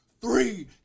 Three